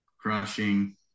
crushing